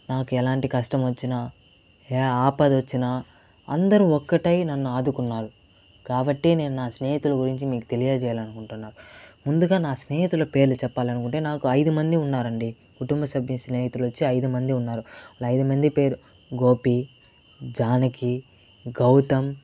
నాకు ఎలాంటి కష్టం వచ్చినా ఏ ఆపద వచ్చినా అందరూ ఒక్కటై నన్ను ఆదుకున్నారు కాబట్టి నేను నా స్నేహితులు గురించి మీకు తెలియజేయాలికుంటున్నాను ముందుగా నా స్నేహితుల పేర్లు చెప్పాలనుకుంటే నాకు ఐదు మంది ఉన్నారండి కుటుంబ సభ్యుల స్నేహితులు వచ్చి ఐదు మంది ఉన్నారు వాళ్ల ఐదు మంది పేరు గోపి జానకి గౌతమ్